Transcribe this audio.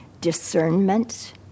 discernment